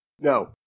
No